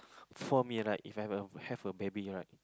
for me right If I have have a baby right